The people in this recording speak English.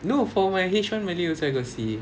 no for my H one also I got c